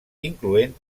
incloent